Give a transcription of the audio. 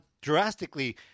drastically